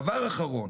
דבר אחרון.